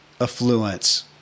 affluence